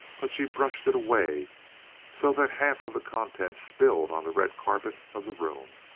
but she brushed it away so that half of the contents spilled on the red carpet of the room.